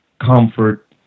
comfort